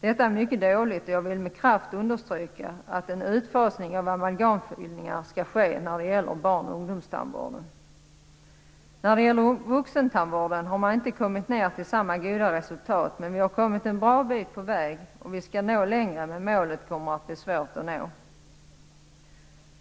Detta är mycket dåligt, och jag vill med kraft understryka att en utfasning av amalgamfyllningar skall ske inom barn och ungdomstandvården. Det har inte blivit samma goda resultat inom vuxentandvården. Men vi har kommit en bra bit på väg, och vi skall nå längre. Men målet kommer att bli svårt att nå.